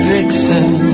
Vixen